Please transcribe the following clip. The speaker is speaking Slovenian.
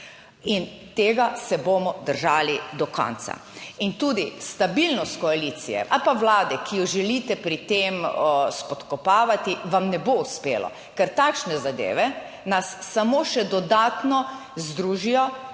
In tega se bomo držali do konca. In tudi stabilnost koalicije ali pa Vlade, ki jo želite pri tem spodkopavati, vam ne bo uspelo, ker takšne zadeve nas samo še dodatno združijo,